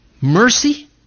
mercy